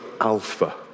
alpha